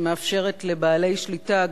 שמאפשרת לבעלי שליטה,